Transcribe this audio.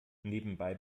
nebenbei